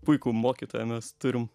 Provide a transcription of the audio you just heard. puikų mokytoją mes turim